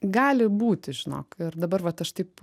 gali būti žinok ir dabar vat aš taip